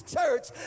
Church